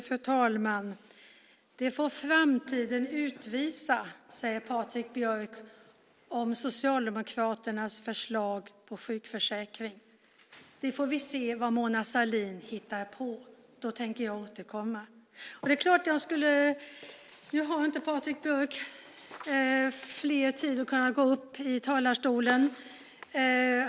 Fru talman! Det får framtiden utvisa. Så säger Patrik Björck om Socialdemokraternas förslag till sjukförsäkring. Vi får se vad Mona Sahlin hittar på. Då tänker jag återkomma. Patrik Björck har inte möjlighet till fler inlägg här i talarstolen.